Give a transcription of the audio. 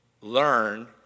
learn